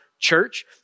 Church